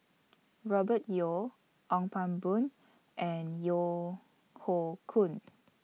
Robert Yeo Ong Pang Boon and Yeo Hoe Koon